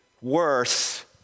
worse